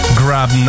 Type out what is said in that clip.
grab